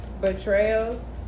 betrayals